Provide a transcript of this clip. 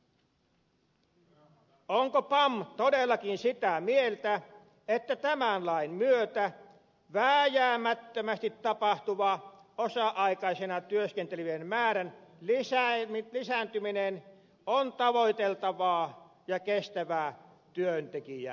onko pam todellakin sitä mieltä että tämän lain myötä vääjäämättömästi tapahtuva osa aikaisena työskentelevien määrän lisääntyminen on tavoiteltavaa ja kestävää työntekijäpolitiikkaa